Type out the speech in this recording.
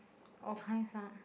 all kinds ah